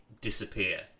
disappear